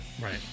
Right